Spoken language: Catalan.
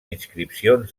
inscripcions